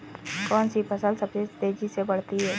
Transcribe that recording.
कौनसी फसल सबसे तेज़ी से बढ़ती है?